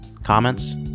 Comments